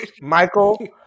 Michael